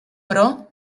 però